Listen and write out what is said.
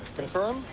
confirm.